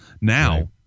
Now